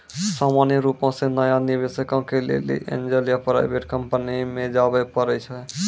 सामान्य रुपो से नया निबेशको के लेली एंजल या प्राइवेट कंपनी मे जाबे परै छै